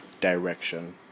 direction